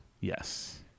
yes